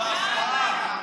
רגע,